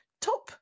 Top